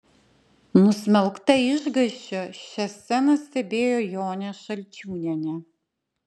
nusmelkta išgąsčio šią sceną stebėjo jonė šalčiūnienė